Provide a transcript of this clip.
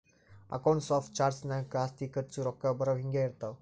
accounts of charts ನಾಗ್ ಆಸ್ತಿ, ಖರ್ಚ, ರೊಕ್ಕಾ ಬರವು, ಹಿಂಗೆ ಇರ್ತಾವ್